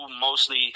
mostly